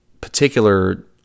particular